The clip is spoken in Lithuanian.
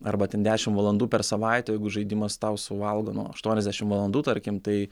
arba ten dešim valandų per savaitę jeigu žaidimas tau suvalgo nu aštuoniasdešim valandų tarkim tai